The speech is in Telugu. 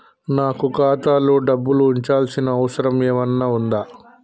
నాకు ఖాతాలో డబ్బులు ఉంచాల్సిన అవసరం ఏమన్నా ఉందా?